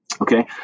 Okay